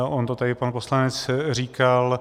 On to tady pan poslanec říkal.